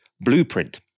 Blueprint